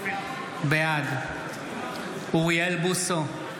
בעד אוריאל בוסו,